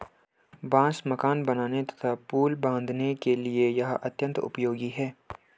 बांस मकान बनाने तथा पुल बाँधने के लिए यह अत्यंत उपयोगी है